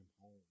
home